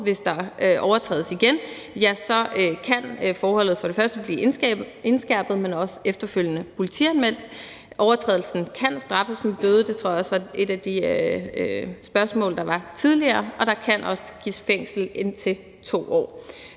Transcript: hvis der overtrædes igen, kan forholdet for det første blive indskærpet, men også efterfølgende politianmeldt. Overtrædelsen kan straffes med bøde, og det tror jeg også var et af